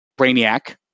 Brainiac